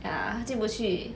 ya 他进不去